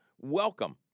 welcome